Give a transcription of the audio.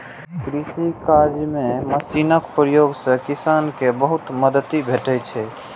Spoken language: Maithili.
कृषि कार्य मे मशीनक प्रयोग सं किसान कें बहुत मदति भेटै छै